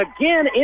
again